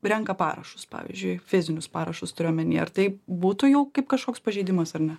renka parašus pavyzdžiui fizinius parašus turiu omeny ar tai būtų jau kaip kažkoks pažeidimas ar ne